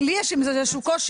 לי יש עם זה איזה שהוא קושי.